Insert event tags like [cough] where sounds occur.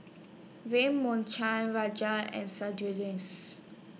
Ram [unintelligible] Raja and [unintelligible]